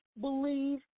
believe